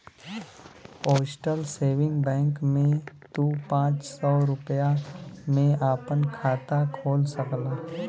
postal saving bank में तू पांच सौ रूपया में आपन खाता खोल सकला